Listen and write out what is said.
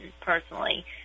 personally